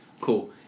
Cool